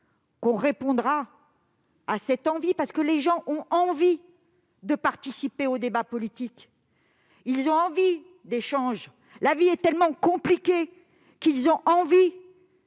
l'on répondra à l'envie des gens. Oui, les gens ont envie de participer au débat politique ; ils ont envie d'échanges. La vie est tellement compliquée : ils ont envie